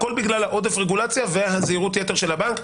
הכול בגלל עודף הרגולציה וזהירות היתר של הבנק.